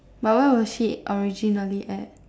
but where was she originally at